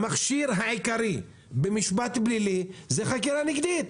המכשיר העיקרי במשפט פלילי זה חקירה נגדית,